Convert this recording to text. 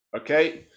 Okay